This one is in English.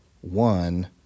one